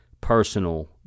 personal